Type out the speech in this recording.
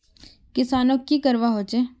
किसानोक की करवा होचे?